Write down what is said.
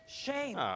Shame